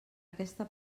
aquesta